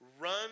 run